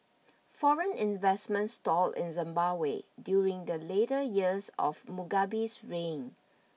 foreign investment stalled in Zimbabwe during the later years of Mugabe's reign